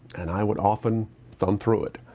and i would often thumb through it.